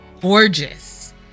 gorgeous